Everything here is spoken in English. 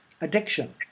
addiction